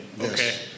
okay